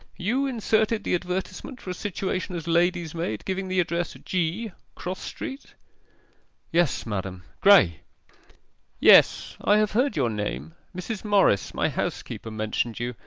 you inserted the advertisement for a situation as lady's-maid giving the address, g, cross street yes, madam. graye yes. i have heard your name mrs. morris, my housekeeper, mentioned you,